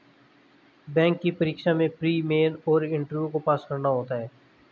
bank की परीक्षा में प्री, मेन और इंटरव्यू को पास करना होता है